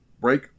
break